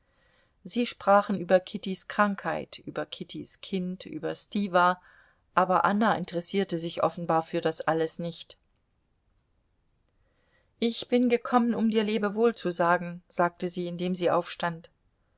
sie sprachen über kittys krankheit über kittys kind über stiwa aber anna interessierte sich offenbar für das alles nicht ich bin gekommen um dir lebewohl zu sagen sagte sie indem sie aufstand